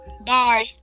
Bye